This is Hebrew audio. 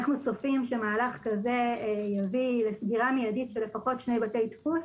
אנחנו צופים שמהלך כזה יביא לסגירה מיידית של לפחות שני בתי דפוס.